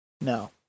No